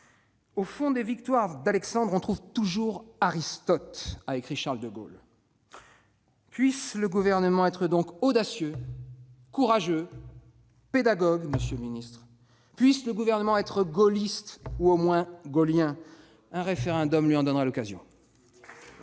Au fond des victoires d'Alexandre, on retrouve toujours Aristote », a écrit Charles de Gaulle. Puisse donc le Gouvernement être audacieux, courageux et pédagogue, monsieur le secrétaire d'État ! Puisse le Gouvernement être gaulliste, ou au moins gaullien ! Un référendum lui en donnerait l'occasion.